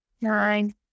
Nine